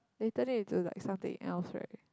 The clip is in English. they turn it to like something else right